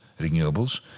renewables